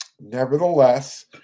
Nevertheless